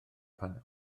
panel